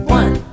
one